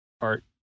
art